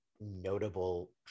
notable